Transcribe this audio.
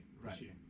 Right